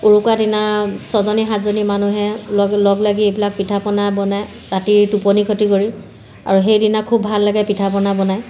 উৰুকাৰ দিনা ছয়জনী সাতজনী মানুহে লগ লগ লাগি এইবিলাক পিঠাপনা বনাই ৰাতিৰ টোপনি ক্ষতি কৰি আৰু সেইদিনা খুব ভাল লাগে পিঠাপনা বনায়